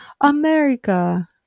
America